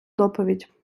доповідь